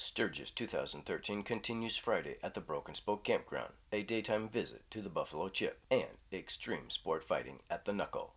sturgis two thousand and thirteen continues friday at the broken spoke campground a daytime visit to the buffalo chip and extreme sports fighting at the knuck